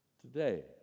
Today